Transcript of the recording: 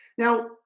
Now